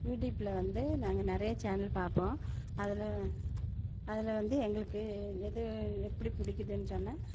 யூடியூப்பில் வந்து நாங்கள் நிறையா சேனல் பார்ப்போம் அதில் அதில் வந்து எங்களுக்கு எது எப்படி பிடிக்குதுன்னு சொன்னா